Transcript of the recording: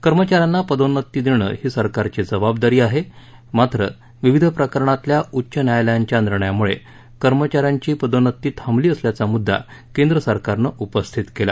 कर्मचाऱ्यांना पदोन्नती देणं ही सरकारची जबाबदारी आहे मात्र विविध प्रकरणातल्या उच्च न्यायालयांच्या निर्णयामुळे कर्मचाऱ्यांची पदोन्नती थांबली असल्याचा मुद्दा केंद्र सरकारन उपस्थित केला